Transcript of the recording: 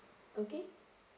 okay